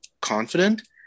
confident